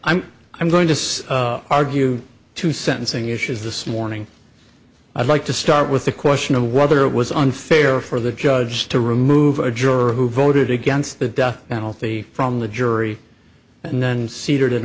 i'm i'm going to argue to sentencing issues this morning i'd like to start with the question of whether it was unfair for the judge to remove a juror who voted against the death penalty from the jury and then seated an